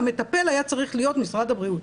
המטפל היה צריך להיות משרד הבריאות.